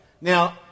Now